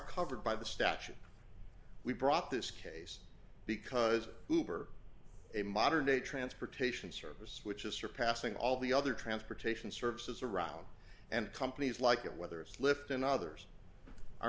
covered by the statute we brought this case because hoover a modern day transportation service which is surpassing all the other transportation services around and companies like it whether it's lift and others are